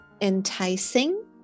enticing